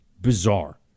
bizarre